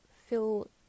feel